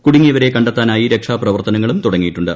കൂടുങ്ങിയവരെ കണ്ടെത്താനായി രക്ഷാപ്രവർത്തനങ്ങളും തുടങ്ങിയിട്ടുണ്ട്